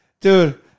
dude